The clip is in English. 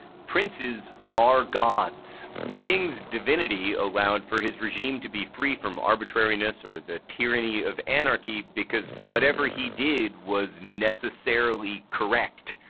princes are gods. the kings divinity allowed for his regime to be free from arbitrariness or the tyranny of anarchy because whatever he did was necessarily correct.